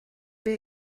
wir